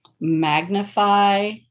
magnify